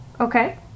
Okay